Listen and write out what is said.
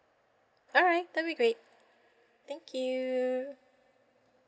alright that'll be great thank you